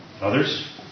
Others